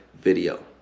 video